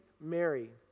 Mary